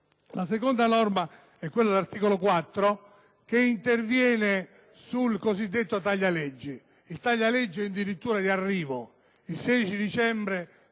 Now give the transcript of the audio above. La seconda norma è quella riferita all'articolo 4 che interviene sul cosiddetto taglia-leggi, che è in dirittura di arrivo. Il 16 dicembre